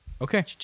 Okay